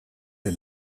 der